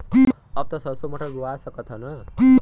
अब त सरसो मटर बोआय सकत ह न?